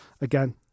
again